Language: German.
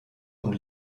und